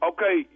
Okay